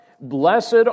Blessed